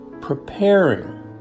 preparing